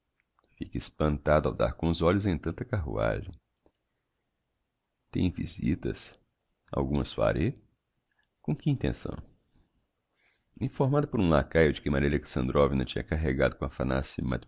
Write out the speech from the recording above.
fica espantado ao dar com os olhos em tanta carruagem tem visitas alguma soirée com que intenção informado por um lacaio de que maria alexandrovna tinha carregado com